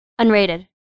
Unrated